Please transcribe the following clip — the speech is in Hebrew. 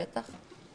בטח.